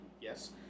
Yes